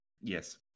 Yes